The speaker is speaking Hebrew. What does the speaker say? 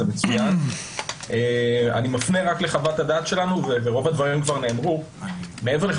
אני מפנה לחוות הדעת שלנו, ומעבר אליה